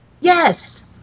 Yes